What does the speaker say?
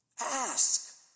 Ask